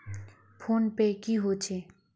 Phone पै की होचे?